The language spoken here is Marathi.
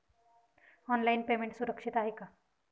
ऑनलाईन पेमेंट सुरक्षित आहे का?